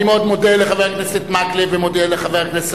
אני מאוד מודה לחבר הכנסת מקלב ומודה לחבר הכנסת